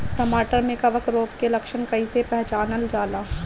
टमाटर मे कवक रोग के लक्षण कइसे पहचानल जाला?